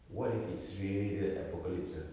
what if it's really really apocalypse ah